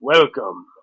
Welcome